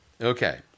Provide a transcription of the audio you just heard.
Okay